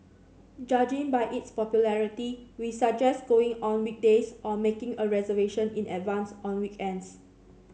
judging by its popularity we suggest going on weekdays or making a reservation in advance on weekends